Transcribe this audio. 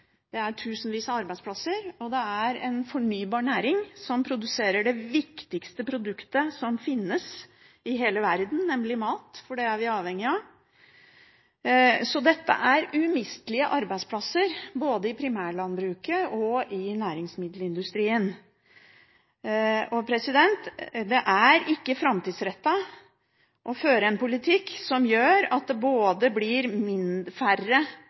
Det er tusenvis av arbeidsplasser, og det er en fornybar næring, som produserer det viktigste produktet som finnes i hele verden, nemlig mat, for det er vi avhengig av. Så dette er umistelige arbeidsplasser, både i primærlandbruket og i næringsmiddelindustrien. Det er ikke framtidsrettet å føre en politikk som gjør at det både blir færre som har næringen sin i landbruket, eller færre